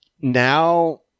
now